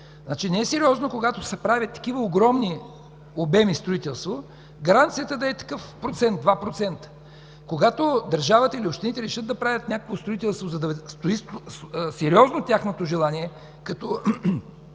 Не е сериозно, когато се правят такива огромни обеми строителство, гаранцията да е 2%. Когато държавата или общините решат да правят някакво строителство и да е сериозно тяхното желание като